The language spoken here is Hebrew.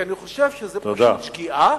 כי אני חושב שזאת פשוט שגיאה,